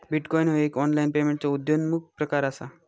bitcoin ह्यो एक online पेमेंटचो उद्योन्मुख प्रकार असा